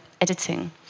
editing